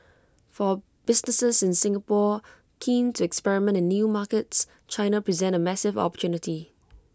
for businesses in Singapore keen to experiment in new markets China presents A massive opportunity